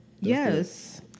Yes